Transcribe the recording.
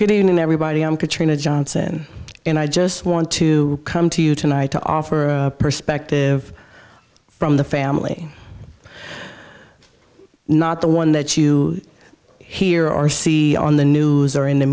never body on katrina johnson and i just want to come to you tonight to offer a perspective from the family not the one that you hear or see on the news or in the